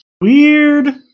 Weird